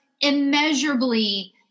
immeasurably